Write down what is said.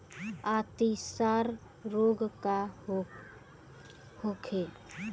अतिसार रोग का होखे?